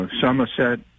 Somerset